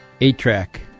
eight-track